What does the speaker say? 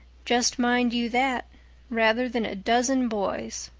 just mind you that rather than a dozen boys.